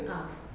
ah